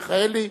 מיכאלי,